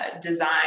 design